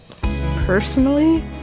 Personally